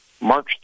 March